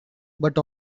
but